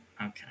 Okay